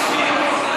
חבר הכנסת זוהיר בהלול.